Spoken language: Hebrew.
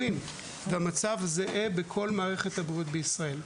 והמצב זהה בכל מערכת הבריאות בישראל.